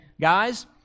guys